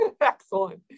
Excellent